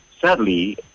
sadly